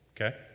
Okay